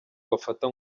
bafata